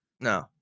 No